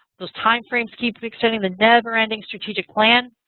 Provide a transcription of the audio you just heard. those timeframes keep extending the never-ending strategic plan.